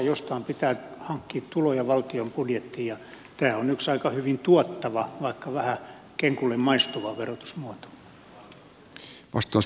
jostain pitää hankkia tuloja valtion budjettiin ja tämä on yksi aika hyvin tuottava vaikka vähän kenkulle maistuva verotusmuoto